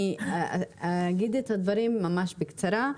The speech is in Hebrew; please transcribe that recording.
אני אגיד את הדברים ממש בקצרה,